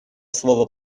слово